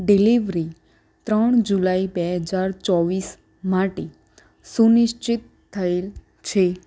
delivery ત્રણ જુલાઈ બે હજાર ચોવીસ માટે સુનિશ્ચિત થયેલ છે